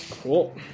Cool